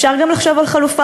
אפשר גם לחשוב על חלופה,